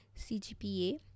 cgpa